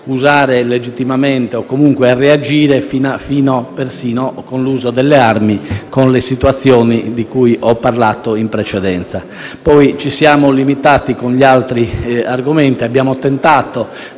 usare legittimamente o comunque a reagire fino persino all'uso delle armi e con le situazioni di cui ho parlato in precedenza. Poi ci siamo limitati con gli altri argomenti. Abbiamo tentato